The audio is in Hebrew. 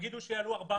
יגידו שיעלו 400,